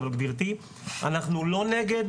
אבל גברתי, אנחנו לא נגד